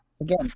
again